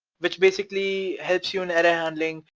which basically helps you in edit handling.